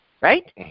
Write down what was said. right